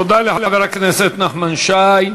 תודה לחבר הכנסת נחמן שי.